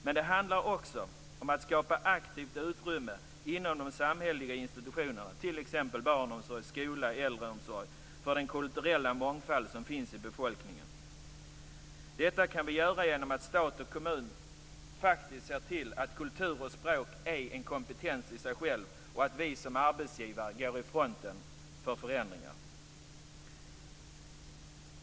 Det handlar också om att skapa aktivt utrymme inom de samhälleliga institutionerna t.ex. barnomsorg, skola och äldreomsorg för den kulturella mångfald som finns i befolkningen. Detta kan vi göra genom att stat och kommun faktiskt ser till att kultur och språk är en kompetens i sig själv och genom att vi som arbetsgivare går i fronten för förändringar.